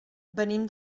venim